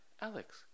alex